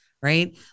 right